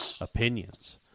opinions